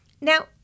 Now